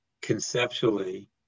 conceptually